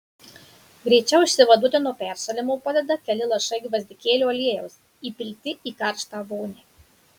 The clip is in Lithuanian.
greičiau išsivaduoti nuo peršalimo padeda keli lašai gvazdikėlių aliejaus įpilti į karštą vonią